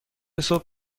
صبح